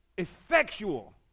Effectual